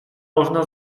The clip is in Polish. można